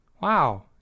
Wow